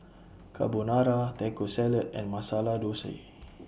Carbonara Taco Salad and Masala Dosa